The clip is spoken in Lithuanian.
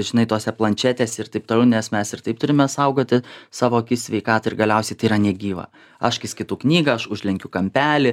žinai tose planšetės ir taip toliau nes mes ir taip turime saugoti savo sveikatą ir galiausiai tai yra negyva aš kai skaitau knygą aš užlenkiu kampelį